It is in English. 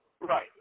Right